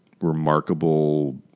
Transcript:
remarkable